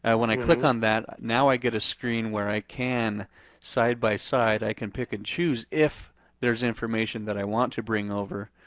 when i click on that, now i get a screen where i can side by side, i can pick and choose if there's information that i want to bring over.